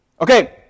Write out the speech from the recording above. Okay